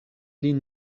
lin